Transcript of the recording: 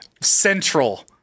central